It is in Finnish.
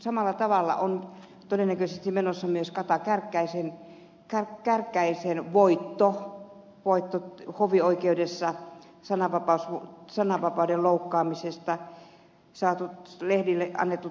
samalla tavalla eithen on todennäköisesti menossa myös kata kärkkäisen voitto hovioikeudessa sananvapauden loukkaamisesta lehdille annettu tuomio